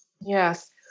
Yes